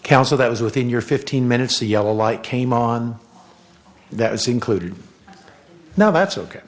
counsel that was within your fifteen minutes the yellow light came on that is included now that's ok